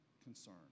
concern